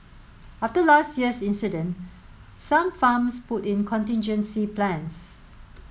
after last year's incident some farms put in contingency plans